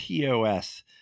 TOS